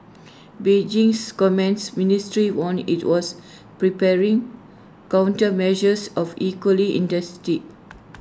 Beijing's commerce ministry warned IT was preparing countermeasures of equally intensity